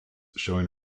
showing